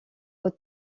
aux